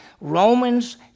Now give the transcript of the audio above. Romans